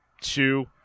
two